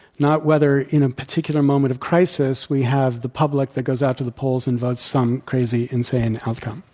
not whether, in a particular moment of crisis we have the public that goes out to the polls and votes some crazy, insane outcome.